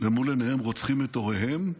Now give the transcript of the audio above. שמול עיניהם רוצחים את הוריהם,